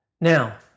Now